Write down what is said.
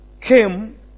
came